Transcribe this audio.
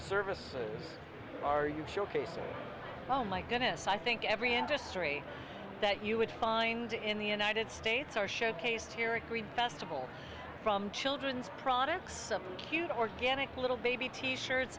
services are you sure case oh my goodness i think every industry that you would find in the united states are showcased here at green festival from children's products of cute organic little baby t shirts